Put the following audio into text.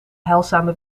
heilzame